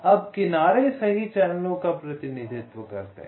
अब किनारे सही चैनलों का प्रतिनिधित्व करते हैं